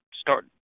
start